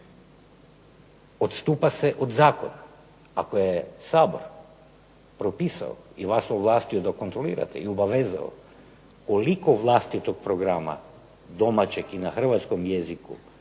odstupa se od zakona. Ako je Sabor propisao i vas ovlastio da kontrolirate i obavezao koliko vlastitog programa domaćeg i na hrvatskom jeziku